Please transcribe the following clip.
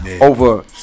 over